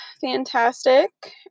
fantastic